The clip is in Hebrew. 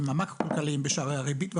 המאקרו כלכליים בשערי הריבות וכולי,